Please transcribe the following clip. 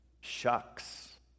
shucks